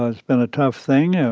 ah it's been a tough thing. yeah